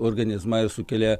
organizmą ir sukelia